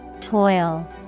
Toil